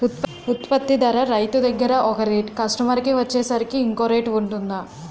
ఉత్పత్తి ధర రైతు దగ్గర ఒక రేట్ కస్టమర్ కి వచ్చేసరికి ఇంకో రేట్ వుంటుందా?